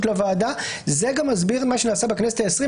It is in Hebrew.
לוועדה וזה גם מסביר מה שנעשה בכנסת ה-20.